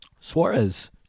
Suarez